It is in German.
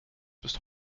bis